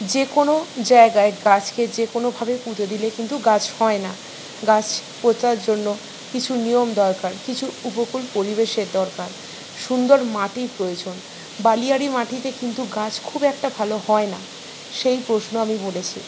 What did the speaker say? যে কোনো জায়গায় গাছকে যে কোনো ভাবে পুঁতে দিলে কিন্তু গাছ হয় না গাছ পোঁতার জন্য কিছু নিয়ম দরকার কিছু উপকূল পরিবেশের দরকার সুন্দর মাটির প্রয়োজন বালিয়াড়ি মাটিতে কিন্তু গাছ খুব একটা ভালো হয় না সেই প্রশ্ন আমি বলেছি